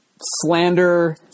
slander